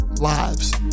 lives